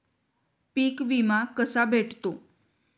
पीक विमा कसा भेटतो?